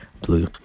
blue